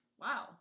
wow